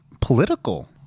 political